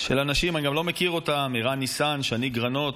של אנשים, אני לא מכיר אותם, ערן ניסן, שני גרנות.